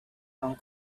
hong